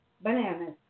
bananas